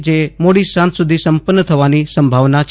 જે સાંજ સુધી સંપન્ન થવાની સંભાવના છે